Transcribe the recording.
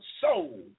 soul